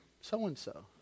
so-and-so